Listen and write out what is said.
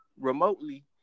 remotely